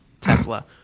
Tesla